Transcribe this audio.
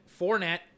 Fournette